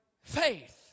faith